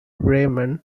raymond